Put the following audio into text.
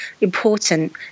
important